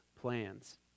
plans